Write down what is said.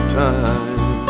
time